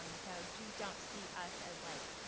um so jews don't see us as like,